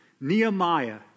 Nehemiah